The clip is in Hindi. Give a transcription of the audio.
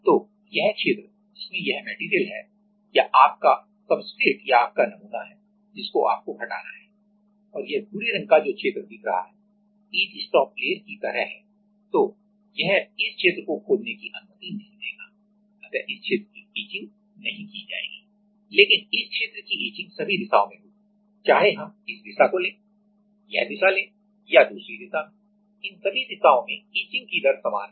तो यह क्षेत्र जिसमें यह मेटेरियल है या आपका आपका सब्सट्रेट या आपका नमूना है जिसको आपको हटाना है और यह भूरे रंग का जो क्षेत्र दिख रहा है ईच स्टॉप लेयर की तरह हैं तो यह इस क्षेत्र को खोदने की अनुमति नहीं देगा अतः इस क्षेत्र की इचिंग नहीं की जाएगी है लेकिन इस क्षेत्र की इचिंग सभी दिशाओं में होगी चाहे हम इस दिशा को लें यह दिशा लें या दूसरी दिशा में इन सभी दिशाओं में इचिंग की दर समान है